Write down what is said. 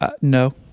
No